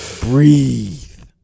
Breathe